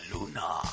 Luna